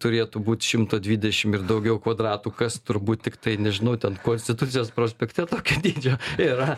turėtų būt šimto dvidešim ir daugiau kvadratų kas turbūt tiktai nežinau ten konstitucijos prospekte tokio dydžio yra